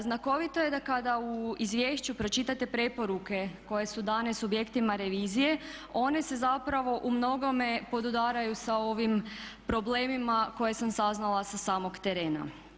Znakovito je da kada u izvješću pročitate preporuke koje su dane subjektima revizije one se zapravo umnogome podudaraju sa ovim problemima koje sam saznala sa samog terena.